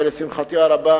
ולשמחתי הרבה,